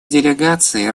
делегаций